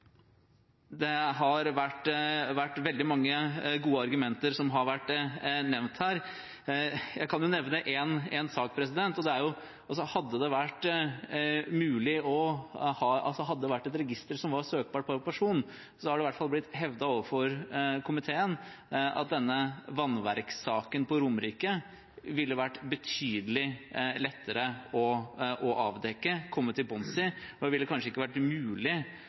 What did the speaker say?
det har vært dialog mellom finansministeren og finansministerens kollegaer i regjering og partifeller på Stortinget i denne saken. Noe annet ville vært merkelig. Det har kommet veldig mange gode argumenter her. Jeg kan nevne én sak: Det har i hvert fall blitt hevdet overfor komiteen at hadde det vært et register som var søkbart på person, ville vannverkssaken på Romerike vært betydelig lettere å avdekke og komme til bunns i. Det ville kanskje ikke vært mulig